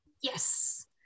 Yes